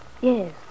Yes